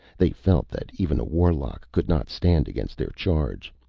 they felt that even a warlock could not stand against their charge.